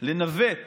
לנווט